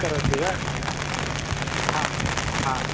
करोति वा ह ह